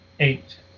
Eight